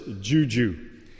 Juju